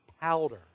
powder